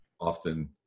often